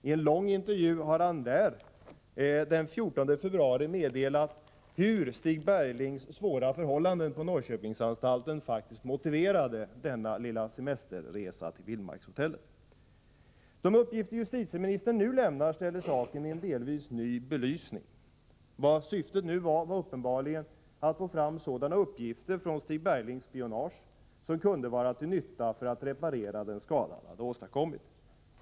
I en lång intervju den 14 februari har rikspolischefen meddelat att Stig Berglings svåra förhållanden på Norrköpingsanstalten faktiskt motiverade denna lilla semesterresa till Vildmarkshotellet. De upplysningar justitieministern nu lämnar ställer saken i en delvis ny belysning. Syftet var uppenbarligen att få fram sådana uppgifter från Stig Berglings spionage som kunde vara till nytta vid arbetet med att reparera den skada han har åstadkommit.